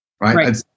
Right